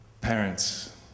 parents